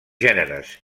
gèneres